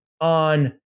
on